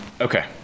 Okay